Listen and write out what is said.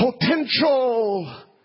potential